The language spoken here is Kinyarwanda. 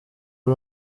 ari